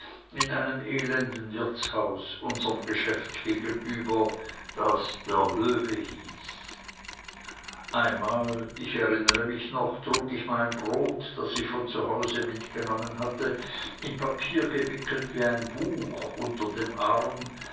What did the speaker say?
in einem elenden wirtshaus unserm geschäft gegenüber das der löwe hieß einmal ich erinnere mich noch trug ich mein brot das ich von zu hause mitgenommen hatte in papier gewickelt wie ein buch unter dem arm